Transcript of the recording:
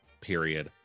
period